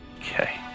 Okay